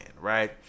right